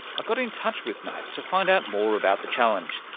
got in touch with matt to find out more about the challenge.